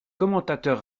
commentateur